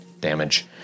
damage